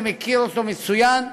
אני מכיר אותו מצוין,